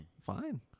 Fine